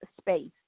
space